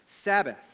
Sabbath